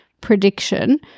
prediction